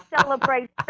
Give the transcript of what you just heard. celebrate